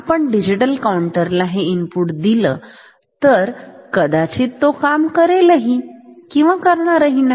आपण digital counter ला हे इनपुट दिल तर तो काम करेलही किंवा करणारही नाही